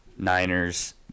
Niners